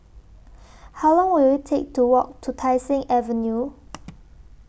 How Long Will IT Take to Walk to Tai Seng Avenue